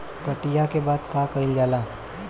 कटिया के बाद का कइल जाला?